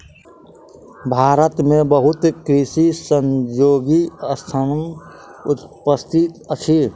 भारत में बहुत कृषि सहयोगी संस्थान उपस्थित अछि